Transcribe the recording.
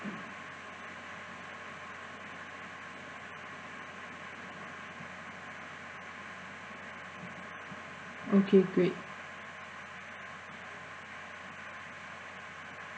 okay great